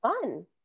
fun